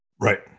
right